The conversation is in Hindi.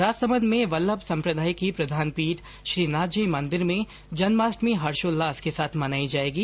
राजसमंद में वल्लभ संप्रदाय की प्रधान पीठ श्रीनाथ जी मंदिर में जन्माष्टमी हर्षोल्लास के साथ मनाई जायेगी